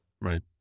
Right